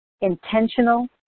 intentional